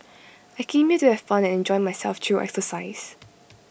I came here to have fun and enjoy myself through exercise